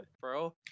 bro